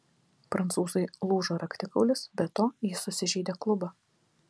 prancūzui lūžo raktikaulis be to jis susižeidė klubą